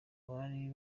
bari